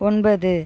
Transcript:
ஒன்பது